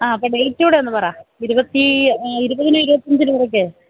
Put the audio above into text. ആ അപ്പോള് ഡേറ്റ് കൂടിയൊന്നു പറയൂ ഇരുപതിനും ഇരുപത്തഞ്ചിനും ഇടയ്ക്കെ